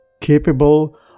capable